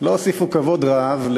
לא הוסיפו כבוד רב,